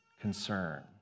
concern